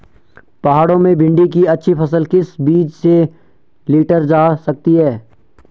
पहाड़ों में भिन्डी की अच्छी फसल किस बीज से लीटर जा सकती है?